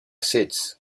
seats